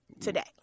today